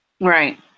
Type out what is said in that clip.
right